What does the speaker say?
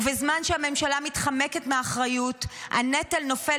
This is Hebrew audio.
ובזמן שהממשלה מתחמקת מאחריות הנטל נופל